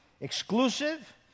exclusive